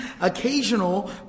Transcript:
occasional